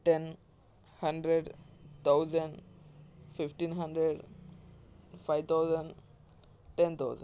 ten hundred thousand fifteen hundred five thousand ten thousand